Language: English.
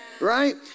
right